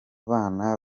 bana